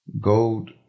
gold